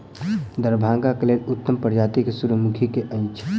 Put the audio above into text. दरभंगा केँ लेल उत्तम प्रजाति केँ सूर्यमुखी केँ अछि?